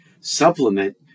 supplement